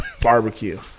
Barbecue